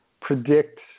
predict